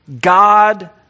God